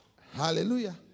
Hallelujah